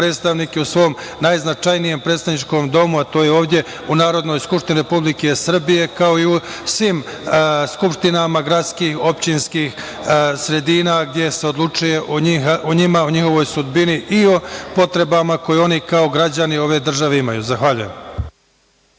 predstavnike u svom najznačajnijem predstavničkom domu, a to je ovde u Narodnoj skupštini Republike Srbije, kao i u svim skupštinama gradskih, opštinskih sredina gde se odlučuje o njima, o njihovoj sudbini i o potrebama koje oni kao građani ove države imaju. Zahvaljujem.